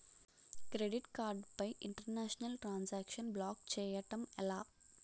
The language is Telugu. క్రెడిట్ కార్డ్ పై ఇంటర్నేషనల్ ట్రాన్ సాంక్షన్ బ్లాక్ చేయటం ఎలా?